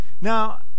Now